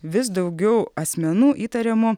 vis daugiau asmenų įtariamų